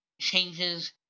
changes